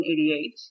1988